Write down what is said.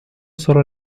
solo